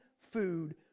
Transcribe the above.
food